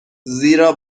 زیرا